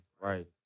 Right